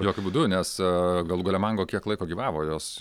jokiu būdu nes galų gale mango kiek laiko gyvavo jos